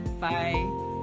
Bye